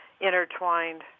intertwined